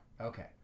okay